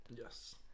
Yes